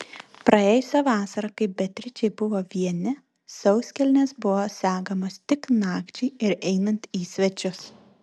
praėjusią vasarą kai beatričei buvo vieni sauskelnės buvo segamos tik nakčiai ir einant į svečius